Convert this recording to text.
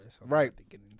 Right